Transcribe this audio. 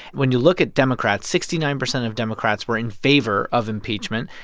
when you look at democrats, sixty nine percent of democrats were in favor of impeachment,